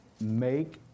make